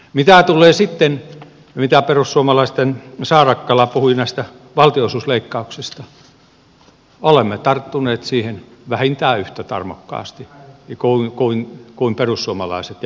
mitä tulee siihen mitä perussuomalaisten saarakkala puhui näistä valtionosuusleikkauksista olemme tarttuneet siihen vähintään yhtä tarmokkaasti kuin perussuomalaiset ja perusteellisemmin